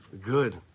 Good